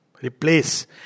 Replace